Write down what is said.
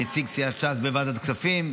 נציג סיעת ש"ס בוועדת הכספים,